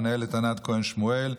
המנהלת ענת כהן שמואל,